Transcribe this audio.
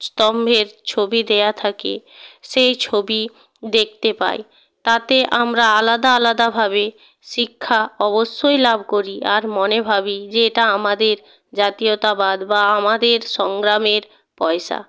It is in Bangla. স্তম্ভের ছবি দেওয়া থাকে সেই ছবি দেখতে পাই তাতে আমরা আলাদা আলাদাভাবে শিক্ষা অবশ্যই লাভ করি আর মনে ভাবি যে এটা আমাদের জাতীয়তাবাদ বা আমাদের সংগ্রামের পয়সা